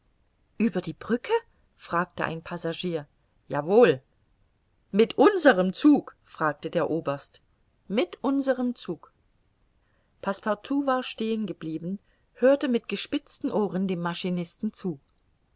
ueber die brücke fragte ein passagier ja wohl mit unserm zug fragte der oberst mit unserm zug passepartout war stehen geblieben hörte mit gespitzten ohren dem maschinisten zu